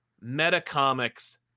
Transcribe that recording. meta-comics